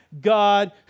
God